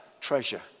treasure